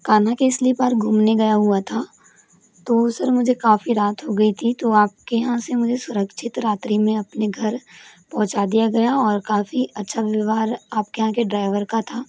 Kanha Kesari park घूमने गया हुआ था तो सर मुझे काफ़ी रात हो गई थी तो आपके यहाँ से मुझे सुरक्षित रात्रि में अपने घर पहुँचा दिया गया और काफ़ी अच्छा व्यवहार आपके यहाँ के ड्राइवर का था